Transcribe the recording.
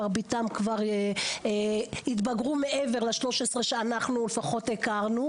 מרביתם כבר התבגרו מעבר ל-13 שאנחנו הכרנו,